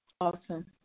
Awesome